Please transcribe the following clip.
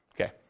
Okay